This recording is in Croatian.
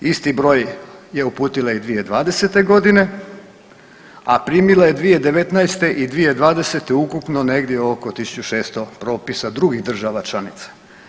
Isti broj je uputila i 2020. godine, a primila je 2019. i 2020. ukupno negdje oko 1.600 propisa drugih država članica.